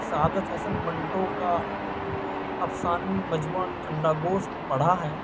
سعادت حسن منٹو کا افسانوی مجموعہ ٹھنڈا گوشت پڑھا ہے